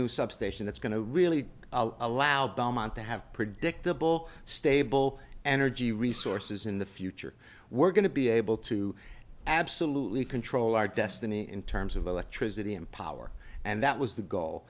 new substation that's going to really allow belmont to have predictable stable energy resources in the future we're going to be able to absolutely control our destiny in terms of electricity and power and that was the goal